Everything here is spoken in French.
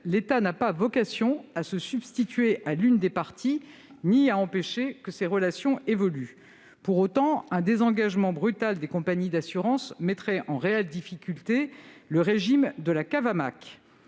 l'État n'a pas vocation à se substituer à l'une des parties ni à empêcher que ces relations évoluent. Pour autant, un désengagement brutal des compagnies d'assurances mettrait en réelle difficulté le régime de la caisse